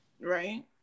Right